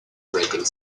operating